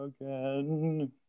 again